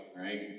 right